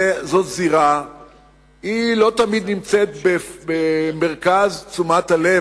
זו זירה שלא תמיד נמצאת במרכז תשומת הלב,